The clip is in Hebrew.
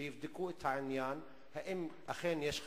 שיבדקו את העניין אם אכן יש חפירות.